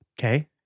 Okay